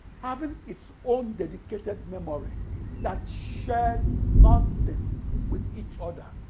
having its own dedicated memory that shared nothing with each other.